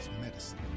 medicine